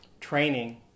Training